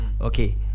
Okay